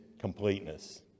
completeness